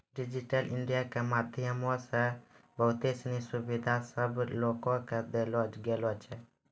digital India के माध्यमो से बहुते सिनी सुविधा सभ लोको के देलो गेलो छै